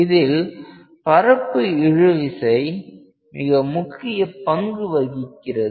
இதில் பரப்பு இழுவிசை மிக முக்கிய பங்கு வகிக்கிறது